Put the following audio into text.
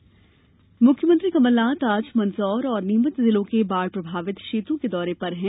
बाढ़ दौरा मुख्यमंत्री कमलनाथ आज मंदसौर और नीमच जिलों के बाढ़ प्रभावित क्षेत्रों के दौरे पर हैं